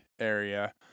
area